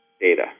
data